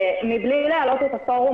מבלי להלאות את הפורום,